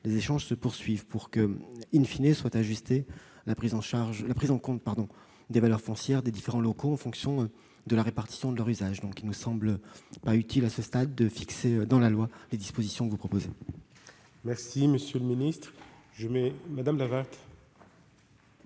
les échanges se poursuivent pour que,, soit ajustée la prise en compte des valeurs foncières des différents locaux en fonction de la répartition de leur usage. Il ne me semble donc pas utile à ce stade de fixer dans la loi les dispositions que vous proposez. La parole est à Mme Christine Lavarde,